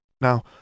Now